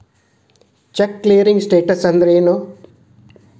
Check clearing status ಅಂದ್ರೇನು?